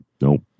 Nope